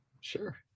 sure